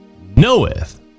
knoweth